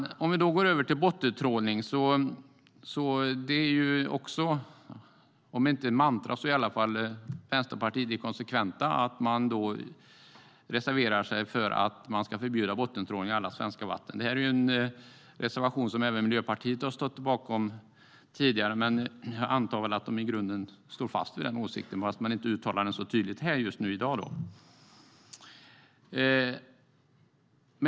För att gå över till bottentrålning har Vänsterpartiet kanske inte ett mantra, men de är konsekventa i sin reservation när det gäller att bottentrålning ska förbjudas i alla svenska vatten. Även Miljöpartiet har stått bakom denna reservation tidigare, och jag antar att de i grunden står fast vid den åsikten även om de inte uttalar den så tydligt här i dag.